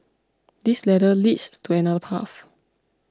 this ladder leads to another path